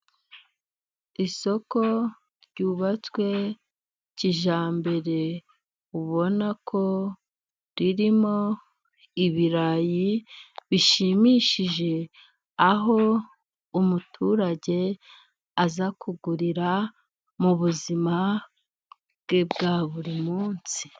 Isoko ryubatswe kijyambere ubona ko ririmo ibirayi bishimishije aho umuturage aza kugurira mu buzima bwe bwa buri munsi.